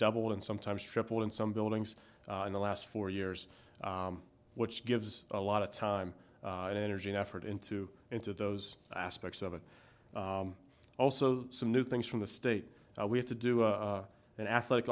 doubled and sometimes tripled in some buildings in the last four years which gives a lot of time and energy and effort into into those aspects of it also some new things from the state we have to do an athletic